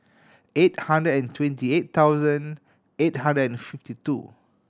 eight hundred and twenty eight thousand eight hundred and fifty two